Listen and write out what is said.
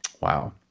Wow